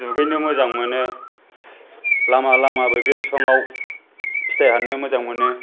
दुगैनो मोजां मोनो लामा लामा बैग्रि बिफाङाव फिथाइ हाननो मोजां मोनो